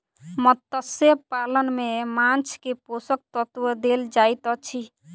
मत्स्य पालन में माँछ के पोषक तत्व देल जाइत अछि